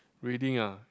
reading ah